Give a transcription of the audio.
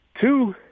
Two